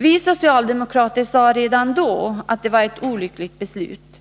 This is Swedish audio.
Vi socialdemokrater sade redan då att det var ett olyckligt beslut.